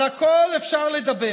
על הכול אפשר לדבר.